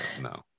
No